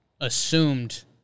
assumed